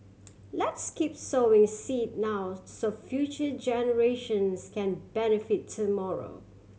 let's keep sowing seed now so future generations can benefit tomorrow